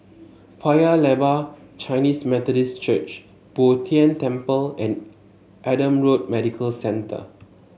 Paya Lebar Chinese Methodist Church Bo Tien Temple and Adam Road Medical Centre